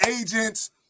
agents